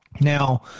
Now